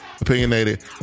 opinionated